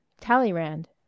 Talleyrand